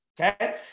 okay